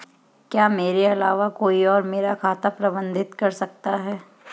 क्या मेरे अलावा कोई और मेरा खाता प्रबंधित कर सकता है?